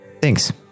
Thanks